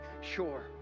sure